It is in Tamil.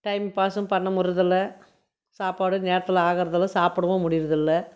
டைம் பாசும் பண்ண முடிறதுல்ல சாப்பாடு நேரத்தில் ஆகுறதுல்லை சாப்பிடவும் முடியிறதுல்லை